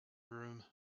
room